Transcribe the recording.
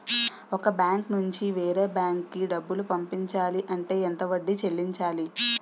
ఒక బ్యాంక్ నుంచి వేరే బ్యాంక్ కి డబ్బులు పంపించాలి అంటే ఎంత వడ్డీ చెల్లించాలి?